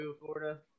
Florida